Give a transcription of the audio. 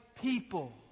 people